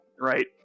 right